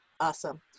Awesome